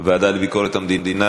להעביר לוועדה לביקורת המדינה.